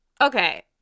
Okay